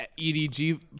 EDG